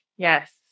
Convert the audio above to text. Yes